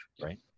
Right